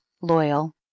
loyal